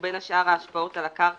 ובין השאר ההשפעות על הקרקע,